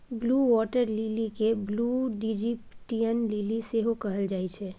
blue water lily केँ blue Egyptian lily सेहो कहल जाइ छै